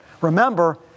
Remember